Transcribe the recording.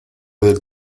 del